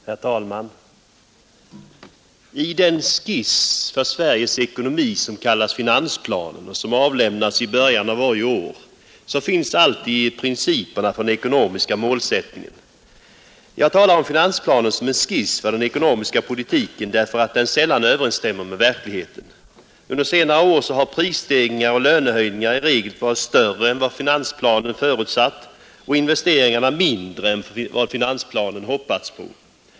Herr talman! I den skiss för Sveriges ekonomi som kallas finansplanen och som avlämnas i början av varje år finns alltid principerna för den ekonomiska målsättningen angivna. Jag talar om finansplanen som en skiss för den ekonomiska politiken därför att den sällan överensstämmer med verkligheten, Under senare år har prisstegringarna och lönehöjningarna i regel varit större än vad finansplanen förutsatt och investeringarna mindre än vad finansplanen hoppats på.